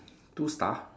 two star